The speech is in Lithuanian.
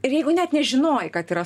ir jeigu net nežinojai kad yra